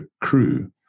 crew